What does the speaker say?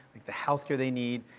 the healthcare they need.